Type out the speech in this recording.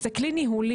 זה כלי ניהולי.